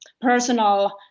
personal